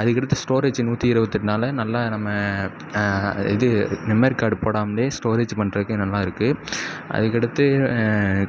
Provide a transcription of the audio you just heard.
அதுக்கடுத்து ஸ்டோரேஜ் நூற்றி இருபத்தெட்டுனால நல்லா நம்ம இது மெமரி கார்டு போடாமலே ஸ்டோரேஜ் பண்ணுறதுக்கு நல்லாயிருக்கு அதுக்கடுத்து